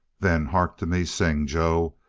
then hark to me sing, joe!